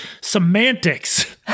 semantics